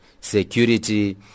security